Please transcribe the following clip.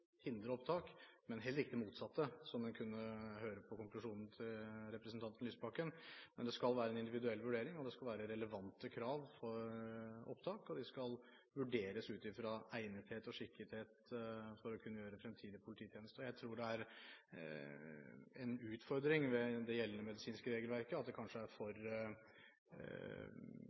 opptak, men heller ikke det motsatte – som en kunne høre ut fra konklusjonen til representanten Lysbakken. Det skal være en individuell vurdering, og det skal være relevante krav for opptak. En skal vurderes ut fra egnethet og skikkethet for å kunne gjøre fremtidig polititjeneste. Jeg tror det er en utfordring ved det gjeldende medisinske regelverket at det kanskje er for